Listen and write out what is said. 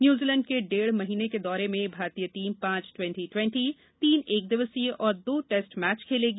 New Zealand के डेढ़ महीने के दौरे में भारतीय टीम पांच द्वेंटी ट्वेंटी तीन एकदिवसीय और दो टेस्ट मैच खेलेगी